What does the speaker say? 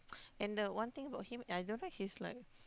and the one thing about him I don't know he's like